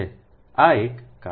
આ એક કારણ છે